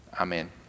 amen